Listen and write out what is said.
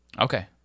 okay